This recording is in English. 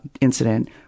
incident